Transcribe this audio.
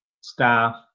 staff